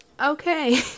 Okay